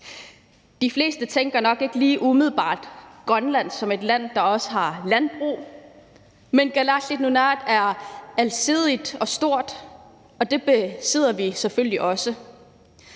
De fleste tænker nok ikke lige umiddelbart på Grønland som et land, der også har landbrug, men Kalaallit Nunaat er alsidigt og stort, og det besidder vi selvfølgelig også.